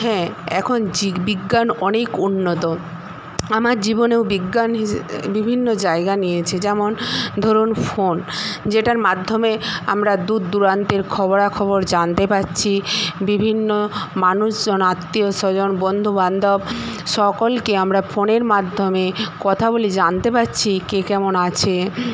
হ্যাঁ এখন জীববিজ্ঞান অনেক উন্নত আমার জীবনেও বিজ্ঞান বিভিন্ন জায়গা নিয়েছে যেমন ধরুন ফোন যেটার মাধ্যমে আমরা দূরদূরান্তের খবরাখবর জানতে পারছি বিভিন্ন মানুষজন আত্মীয়স্বজন বন্ধুবান্ধব সকলকে আমরা ফোনের মাধ্যমে কথা বলে জানতে পারছি কে কেমন আছে